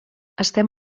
estem